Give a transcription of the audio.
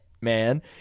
man